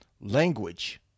language